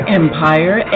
empire